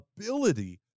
ability